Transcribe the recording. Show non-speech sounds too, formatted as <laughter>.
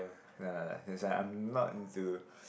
that's why I'm not into <breath>